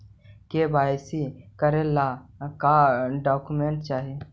KYC करे ला का का डॉक्यूमेंट चाही?